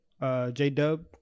J-Dub